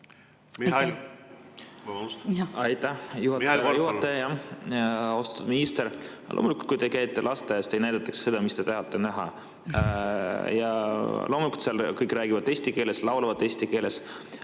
palun! Aitäh, juhataja! Austatud minister! Loomulikult, kui te käite lasteaias, teile näidatakse seda, mida te tahate näha. Ja loomulikult seal kõik räägivad eesti keeles, laulavad eesti keeles.